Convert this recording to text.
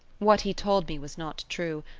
what he told me was not true,